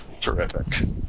Terrific